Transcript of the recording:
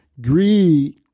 Greed